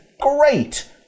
great